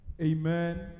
Amen